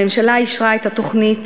הממשלה אישרה את התוכנית